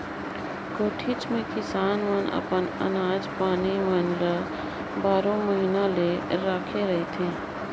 कोठीच मे किसान मन अपन अनाज पानी मन ल बारो महिना ले राखे रहथे